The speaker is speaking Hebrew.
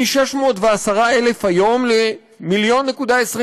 מ-610,000 היום ל-1.24